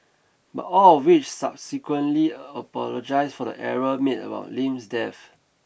but all of which subsequently apologised for the error made about Lim's death